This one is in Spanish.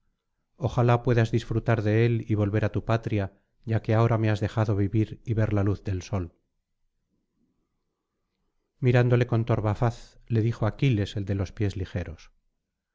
ojalá puedas disfrutar de él y volver á tu patria ya que ahora me has dejado vivir y ver la luz del sol mirándole con torva faz le dijo aquiles el de los pies ligeros